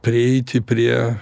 prieiti prie